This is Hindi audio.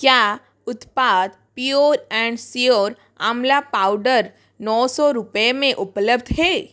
क्या उत्पाद पियोर एंड सियोर आवला पाउडर नौ सौ रुपये में उपलब्ध है